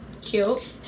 Cute